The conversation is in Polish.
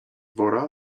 wora